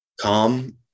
calm